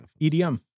EDM